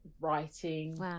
writing